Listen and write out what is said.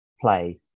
play